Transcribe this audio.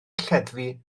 lleddfu